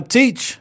teach